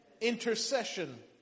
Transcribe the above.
intercession